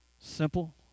simple